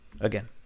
Again